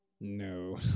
No